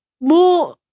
more